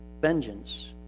vengeance